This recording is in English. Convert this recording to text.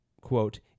quote